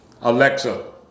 Alexa